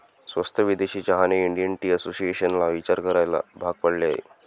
स्वस्त विदेशी चहाने इंडियन टी असोसिएशनला विचार करायला भाग पाडले आहे